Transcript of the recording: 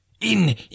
In